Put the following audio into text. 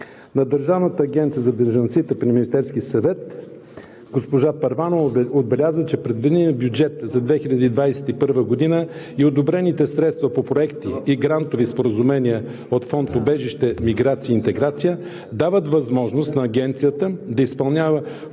че предвиденият бюджет за 2021 г. и одобрените средства по проекти и грантови споразумения от Фонд „Убежище, миграция и интеграция“ дават възможност на Агенцията да изпълнява